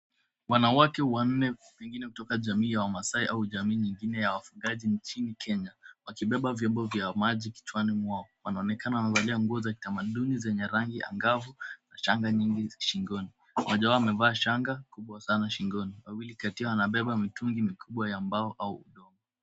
Wanawake wanne pengine kutoka jamii ya wamasai au jamii nyingine ya wafugaji nchini Kenya wakibeba vyombo vya maji, kichwani mwao. Wanaonekana wamevalia nguo za kitamaduni zenye rangi ang'avu na shanga nyingi shingoni. Mmoja wao amevaa shanga kubwa sana shingoni, wawili kati yao wanabeba mitungi mikubwa ya mbao au udongo.